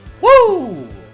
Woo